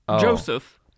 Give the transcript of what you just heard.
Joseph